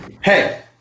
Hey